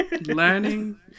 Learning